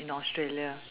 australia